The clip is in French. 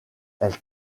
elles